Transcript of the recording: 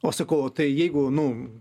o sakau tai jeigu nu